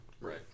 right